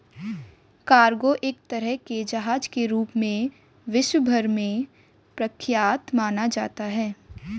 cargo एक तरह के जहाज के रूप में विश्व भर में प्रख्यात माना जाता है